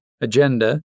agenda